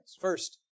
First